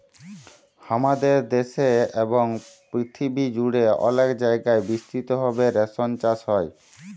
হামাদের দ্যাশে এবং পরথিবী জুড়ে অলেক জায়গায় বিস্তৃত ভাবে রেশম চাস হ্যয়